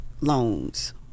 loans